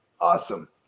Awesome